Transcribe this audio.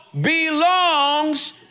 belongs